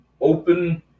open